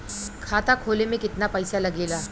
खाता खोले में कितना पईसा लगेला?